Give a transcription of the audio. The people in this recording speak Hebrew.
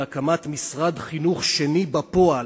על הקמת משרד חינוך שני בפועל